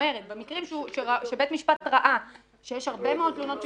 במקרים שבית המשפט ראה שיש הרבה מאוד תלונות של